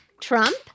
Trump